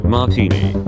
Martini